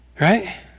Right